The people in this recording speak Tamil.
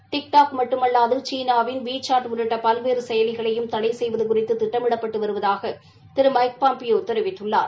டிக்டாக் மட்டுமல்லாது சீனாவின் வீ சாட் உள்ளிட்ட பல்வேறு செயலிகளையும் தடை செய்வது குறித்து திட்டமிடப்பட்டு வருவதாக திரு மைக் பாம்பியோ தெரிவித்துள்ளார்